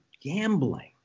gambling